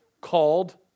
Called